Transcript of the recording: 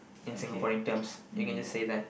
in Singaporean terms you can see that